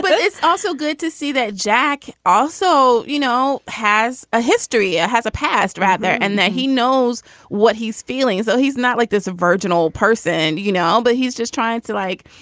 but it's also good to see that jack also, you know, has a history. ah has a past. ratner and that he knows what he's feeling. so he's not like this virginal person, you know. but he's just trying to, like,